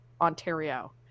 Ontario